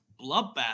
bloodbath